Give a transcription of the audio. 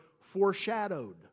foreshadowed